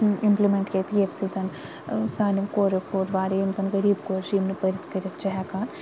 implement ییٚمہِ سۭتۍ سانو کوریٚو کوٚر واریاہ یِم زَن غریٖب کوٚرِچھِ یِم نہٕ پٔرِتھ کٔرِتھ چھِ ہیٚکان